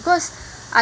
cause I